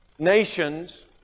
nations